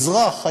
אזרח,